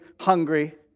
hungry